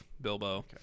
Bilbo